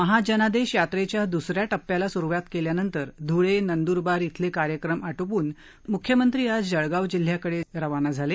महाजनादेश यात्रेच्या दुसऱ्या टप्प्याला सुरुवात केल्यानंतर धुळे नंदूरबार इथले कार्यक्रम आटोपून मुख्यमत्री आज जळगाव जिल्ह्याकडे रवाना झाले